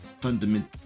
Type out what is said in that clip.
fundamental